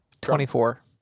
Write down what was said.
Twenty-four